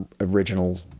original